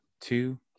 two